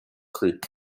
creek